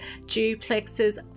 duplexes